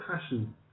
passion